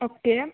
okay